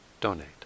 donate